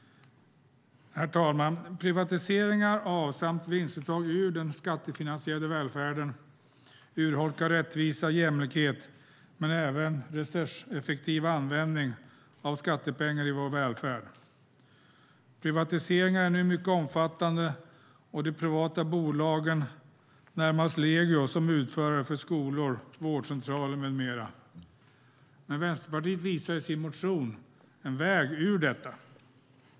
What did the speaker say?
Herr talman! Privatiseringar av samt vinstuttag ur den skattefinansierade välfärden urholkar rättvisa och jämlikhet men även resurseffektiv användning av skattepengar i vår välfärd. Privatiseringarna är nu mycket omfattande, och de privata bolagen nu närmast legio som utförare för skolor, vårdcentraler med mera. Men Vänsterpartiet visar i sin motion en väg ut ur detta.